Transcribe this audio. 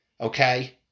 okay